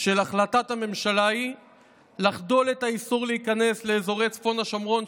של החלטת הממשלה היא לחדול מן האיסור להיכנס לאזורי צפון השומרון,